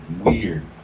weird